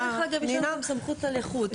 ודרך אגב, יש לנו גם סמכות על איכות.